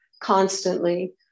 constantly